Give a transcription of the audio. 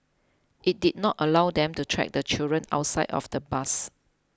it did not allow them to track the children outside of the bus